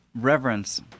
reverence